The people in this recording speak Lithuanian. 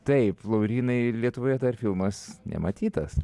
taip laurynai lietuvoje dar filmas nematytas